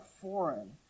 foreign